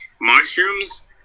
mushrooms